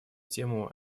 тему